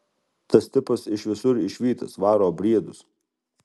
tas tipas iš visur išvytas varo briedus